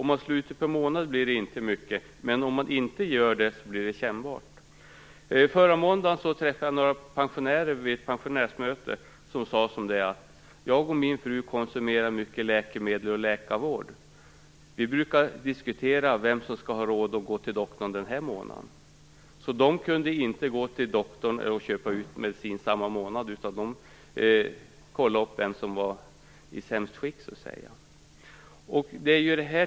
Om man slår ut skillnaden per månad blir det inte mycket, men om man inte gör det blir det kännbart. Jag träffade förra måndagen några pensionärer på ett pensionärsmöte. En sade: Jag och min fru sade: Jag och min fru konsumerar mycket läkemedel och läkarvård. Vi brukar diskutera vem som skall ha råd att gå till doktorn den här månaden. De kunde alltså inte gå till läkaren och köpa ut medicin samma månad, utan de fick utgå från vem som var i det sämsta skicket.